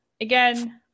again